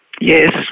Yes